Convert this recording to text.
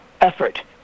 effort